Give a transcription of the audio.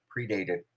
predated